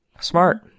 Smart